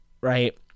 right